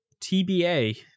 tba